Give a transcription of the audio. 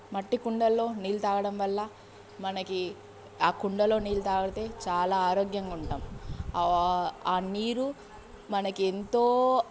మట్టి కుండల్లో నీళ్ళు తాగడం వల్ల మనకి ఆ కుండలో నీళ్ళు తాగితే చాలా ఆరోగ్యంగా ఉంటాం ఆ నీరు మనకు ఎంతో